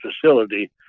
facility